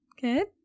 Good